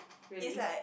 really